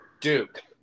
Duke